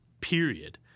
period